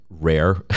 rare